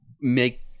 make